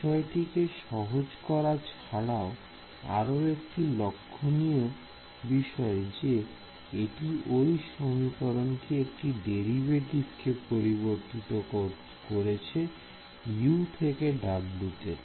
বিষয়টিকে সহজ করা ছাড়াও আরো যেটি লক্ষণীয় যে এটি ওই সমীকরণে একটি ডেরিভেটিভকে পরিবর্তিত করেছে U থেকে W তে